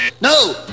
No